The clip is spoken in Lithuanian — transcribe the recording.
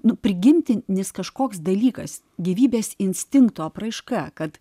nu prigimtinis kažkoks dalykas gyvybės instinkto apraiška kad